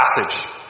passage